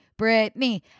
Britney